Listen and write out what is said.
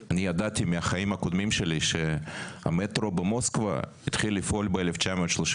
אני ידעתי מהחיים הקודמים שלי שהמטרו במוסקבה התחיל לפעול ב-1936.